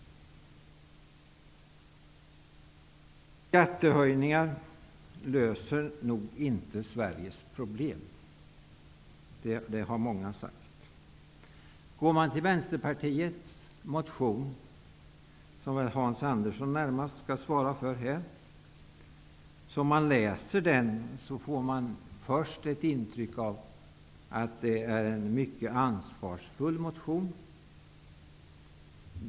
Skattehöjningar löser nog inte Sveriges problem. Det har många sagt. Av Vänsterpartiets motion, som väl Hans Andersson närmast skall svara för, får man först ett intryck av att det är en mycket ansvarsfull motion.